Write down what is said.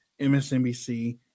MSNBC